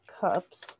cups